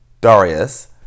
Darius